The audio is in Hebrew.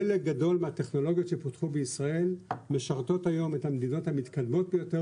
חלק מהטכנולוגיות שפותחו בישראל משרתות היום את המדינות המתקדמות ביותר